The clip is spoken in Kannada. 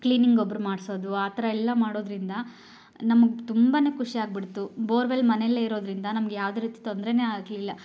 ಕ್ಲೀನಿಂಗ್ ಒಬ್ಬರು ಮಾಡಿಸೋದು ಆ ಥರ ಎಲ್ಲ ಮಾಡೋದರಿಂದ ನಮಗೆ ತುಂಬನೇ ಖುಷಿ ಆಗ್ಬಿಡ್ತು ಬೋರ್ವೆಲ್ ಮನೇಲೆ ಇರೋದರಿಂದ ನಮ್ಗೆ ಯಾವುದೇ ರೀತಿ ತೊಂದರೆನೇ ಆಗಲಿಲ್ಲ